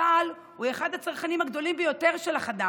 צה"ל הוא אחד הצרכנים הגדולים ביותר של החד"פ,